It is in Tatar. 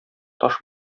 таш